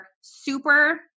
super